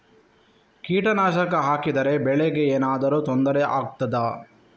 ಕೀಟನಾಶಕ ಹಾಕಿದರೆ ಬೆಳೆಗೆ ಏನಾದರೂ ತೊಂದರೆ ಆಗುತ್ತದಾ?